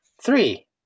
three